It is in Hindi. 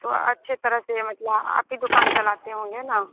तो अच्छी तरह से मतलब आप ही दुक़ान चलाती होंगी ना